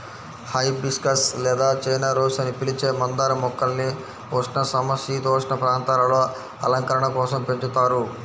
hibiscus లేదా China rose అని పిలిచే మందార మొక్కల్ని ఉష్ణ, సమసీతోష్ణ ప్రాంతాలలో అలంకరణ కోసం పెంచుతారు